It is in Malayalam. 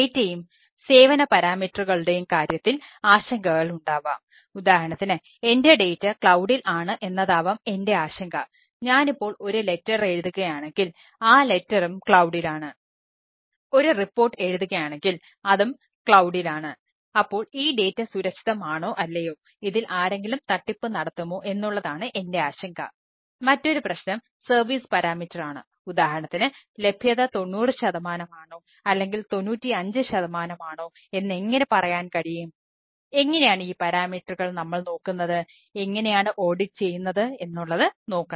ഡേറ്റയും ചെയ്യുന്നത് എന്നുള്ളതു നോക്കണം